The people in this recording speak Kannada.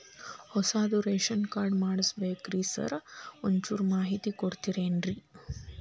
ಹೊಸದ್ ರೇಶನ್ ಕಾರ್ಡ್ ಮಾಡ್ಬೇಕ್ರಿ ಸಾರ್ ಒಂಚೂರ್ ಮಾಹಿತಿ ಕೊಡ್ತೇರೆನ್ರಿ?